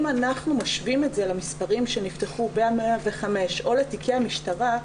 אם אנחנו משווים את זה למספרים שנפתחו ב-105 או לתיקי המשטרה,